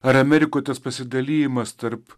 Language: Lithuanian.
ar amerikoj tas pasidalijimas tarp